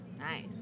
Nice